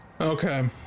Okay